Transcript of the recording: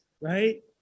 right